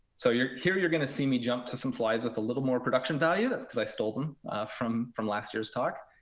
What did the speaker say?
so here you're going to see me jump to some slides with a little more production value. that's because i stole them ah from from last year's talk.